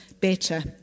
better